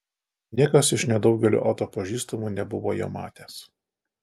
niekas iš nedaugelio oto pažįstamų nebuvo jo matęs